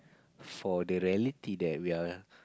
for the reality that we are